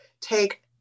take